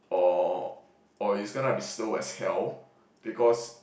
or or it's gonna be slow as hell because